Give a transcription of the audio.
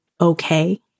okay